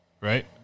right